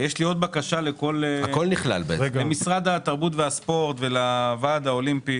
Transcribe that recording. יש לי עוד בקשה למשרד התרבות והספורט ולוועד האולימפי.